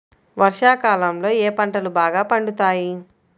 వర్షాకాలంలో ఏ పంటలు బాగా పండుతాయి?